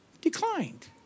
declined